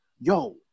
yo